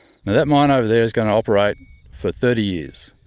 that mine over there is going to operate for thirty years.